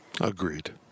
Agreed